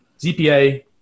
ZPA